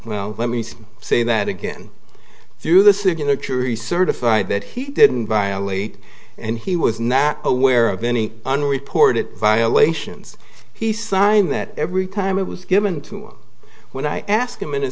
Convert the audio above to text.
well let me say that again through the signature he sort of that he didn't violate and he was not aware of any unreported violations he signed that every time it was given to him when i asked him in